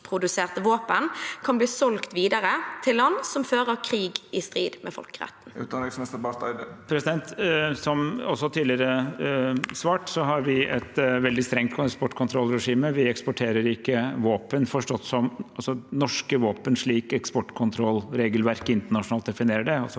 norskproduserte våpen kan bli solgt videre til land som fører krig i strid med folkeretten?» Utenriksminister Espen Barth Eide Som også tidligere svart, har vi et veldig strengt eksportkontrollregime. Vi eksporterer ikke norske våpen, slik eksportkontrollregelverket internasjonalt definerer det,